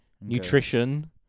nutrition